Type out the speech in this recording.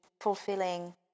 fulfilling